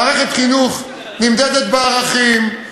מערכת חינוך נמדדת בערכים,